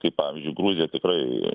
kaip pavyzdžiui gruzija tikrai